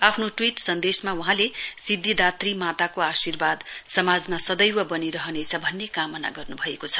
आफ्नो ट्वीट सनेदशमा वहाँले सिध्दिदात्री माताको आर्शीवाद समाजमा सदैव रहने भन्ने कामना गर्नुभएको छ